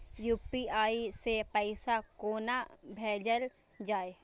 UPI सै पैसा कोना भैजल जाय?